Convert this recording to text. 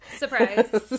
surprise